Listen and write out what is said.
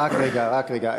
רק רגע, רק רגע.